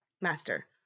Master